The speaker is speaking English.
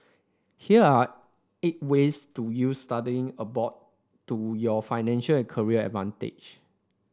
here are eight ways to use studying abroad to your financial and career advantage